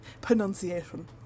pronunciation